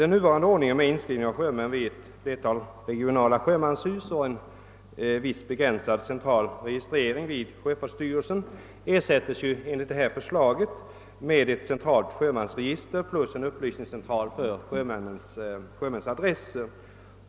Den nuvarande ordningen med inskrivning av sjömän vid ett flertal regionala sjömanshus och en viss begränsad central registrering vid sjöfartsstyrelsen ersätts enligt förslaget med ett centralt sjömansregister plus en upplysningscentral för sjömäns adresser.